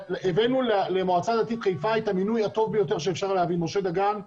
הבאנו למועצה הדתית חיפה את המינוי הטוב ביותר שאפשר להביא: משה דגן,